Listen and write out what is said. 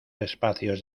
espacios